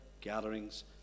gatherings